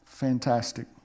fantastic